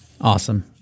Awesome